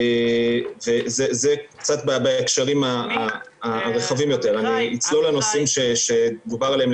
זה קצת בהקשרים הרחבים יותר אני אצלול לנושאים שדובר עליהם,